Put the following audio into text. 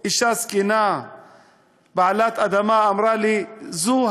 אישה זקנה בעלת אדמה אמרה לי: זו